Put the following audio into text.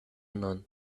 none